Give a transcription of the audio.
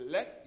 Let